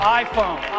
iPhone